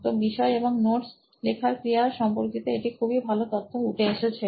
তো বিষয় এবং নোটস লেখার ক্রিয়া সম্পর্কি ত এটা খুব ভালো তথ্য উঠে এসেছে